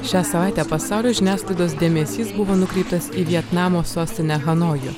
šią savaitę pasaulio žiniasklaidos dėmesys buvo nukreiptas į vietnamo sostinę hanojų